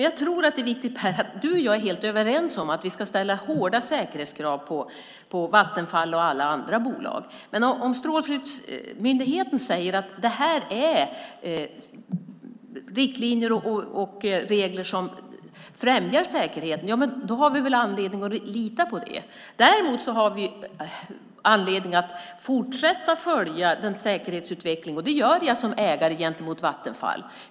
Jag tror att du och jag, Per, är helt överens om att vi ska ställa hårda säkerhetskrav på Vattenfall och alla andra bolag. Men säger strålskyddsmyndigheten att detta är riktlinjer och regler som främjar säkerheten har vi all anledning att lita på det. Vi har dock anledning att fortsätta att följa säkerhetsutvecklingen. Det gör jag som ägare gentemot Vattenfall.